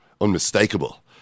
unmistakable